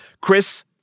Chris